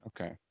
Okay